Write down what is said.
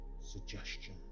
suggestion